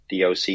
DOC